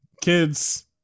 kids